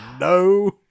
no